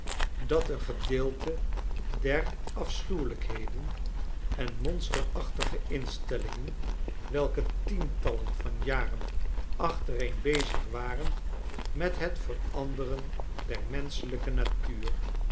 dat een gedeelte der afschuwelijkheden en monsterachtigeinstellingen welke tientallen van jaren achtereen bezig waren met het veranderen der menschelijke natuur